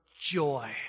Joy